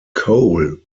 cole